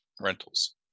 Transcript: rentals